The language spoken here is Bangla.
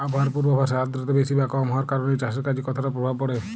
আবহাওয়ার পূর্বাভাসে আর্দ্রতা বেশি বা কম হওয়ার কারণে চাষের কাজে কতটা প্রভাব পড়ে?